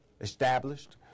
established